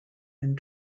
and